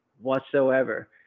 whatsoever